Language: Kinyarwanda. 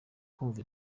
kumva